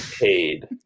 paid